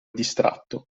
distratto